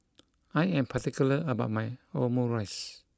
I am particular about my Omurice